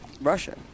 russia